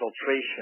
filtration